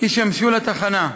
ישמשו לתחנה.